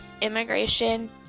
immigration